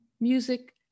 music